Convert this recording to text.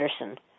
Anderson